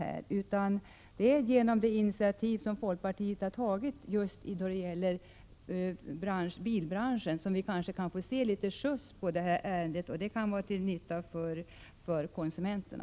På grund av det initiativ som folkpartiet har tagit då det gäller just bilbranschen kan vi kanske få litet fart på det här ärendet. Det skulle kunna vara till nytta för konsumenterna.